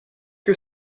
que